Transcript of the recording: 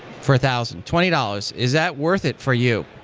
for a thousand, twenty dollars. is that worth it for you?